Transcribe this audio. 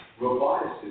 robotics